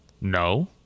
No